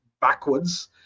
backwards